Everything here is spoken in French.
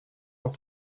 pour